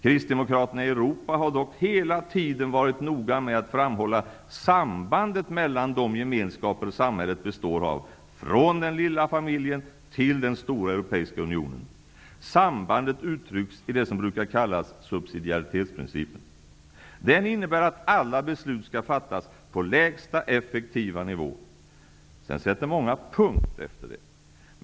Kristdemokraterna i Europa har dock hela tiden varit noga med att framhålla sambandet mellan de gemenskaper samhället består av, från den lilla familjen till den stora europeiska unionen. Sambandet uttrycks i det som brukar kallas subsidiaritetsprincipen. Den innebär att alla beslut skall fattas Partiledardebatt regeringsförklaringen på lägsta effektiva nivå. Där sätter många punkt.